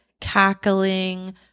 cackling